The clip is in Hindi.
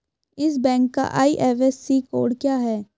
इस बैंक का आई.एफ.एस.सी कोड क्या है?